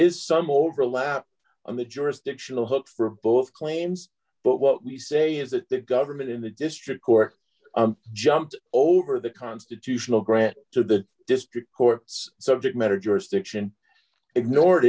is some overlap on the jurisdictional hook for both claims but what we say is that the government in the district court jumped over the constitutional grant to the district courts subject matter jurisdiction ignored